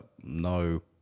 no